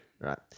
Right